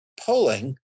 Polling